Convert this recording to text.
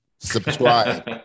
subscribe